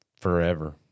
Forever